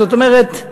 זאת אומרת,